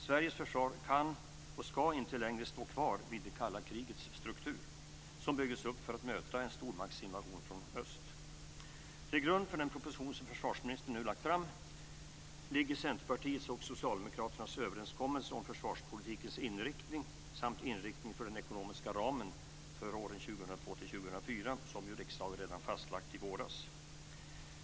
Sveriges försvar kan och ska inte längre stå kvar vid det kalla krigets struktur, som byggdes upp för att möta en stormaktsinvasion från öst. Till grund för den proposition som försvarsministern nu lagt fram ligger Centerpartiets och Socialdemokraternas överenskommelse om försvarspolitikens inriktning samt inriktningen för den ekonomiska ramen för åren 2002-2004, som riksdagen fastlagt redan i våras.